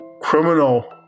criminal